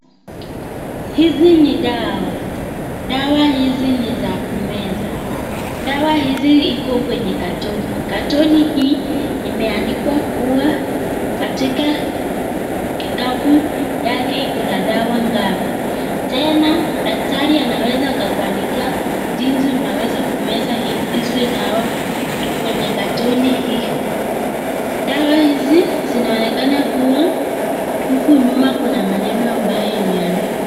Hizi ni dawa, dawa hizi ni za kumeza , dawa hizi Iko kwenye katoni, katoni hii imeandikwa kuwa katika kikapu yake Iko na dawa ngapi tena daktari anaweza akakuandikia jinzi unaweza kumezaa hizi dawa kwenye katoni hii, dawa hizi inaonekana kuwa huku nyuma Kuna maneno ambaye imeandikwa.